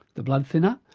the blood thinner,